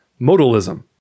modalism